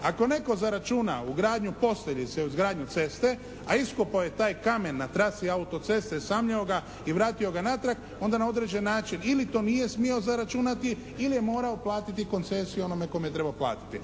ako netko zaračuna ugradnju posteljice u izgradnju ceste a iskopao je taj kamen na traci auto-ceste i samljeo ga i vratio ga natrag onda na određeni način ili to nije smio zaračunati ili je morao platiti koncesiju onome kome je trebao platiti.